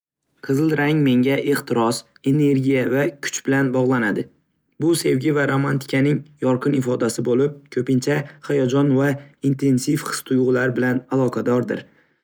Qizil rang menga ehtiros, energiya va kuch bilan bog‘lanadi. Bu sevgi va romantikaning yorqin ifodasi bo‘lib, ko‘pincha hayajon va intensiv his-tuyg‘ular bilan aloqadordir.